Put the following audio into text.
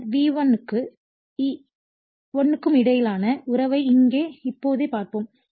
பின்னர் வி 1 க்கும் இ 1 க்கும் இடையிலான உறவை இங்கே இதேபோல் பார்ப்போம்